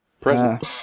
Present